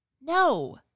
No